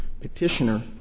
petitioner